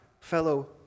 fellow